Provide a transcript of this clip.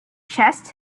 chest